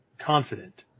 confident